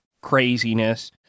craziness